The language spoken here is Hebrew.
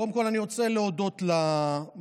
קודם כול אני רוצה להודות למציעים